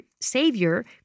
savior